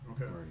Okay